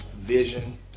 vision